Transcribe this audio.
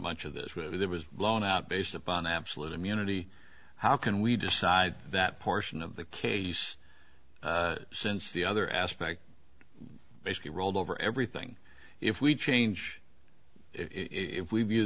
much of this where there was blown up based upon absolute immunity how can we decide that portion of the case since the other aspect basically rolled over everything if we change if we view